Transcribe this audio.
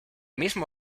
mismo